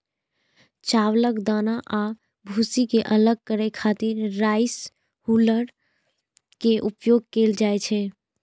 चावलक दाना आ भूसी कें अलग करै खातिर राइस हुल्लर के उपयोग कैल जाइ छै